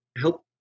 help